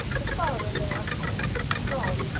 the farther they are commonly from god.